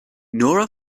nora